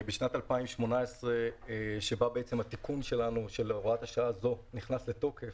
בשנת 2018 שבה התיקון של הוראת השעה הזאת נכנס לתוקף,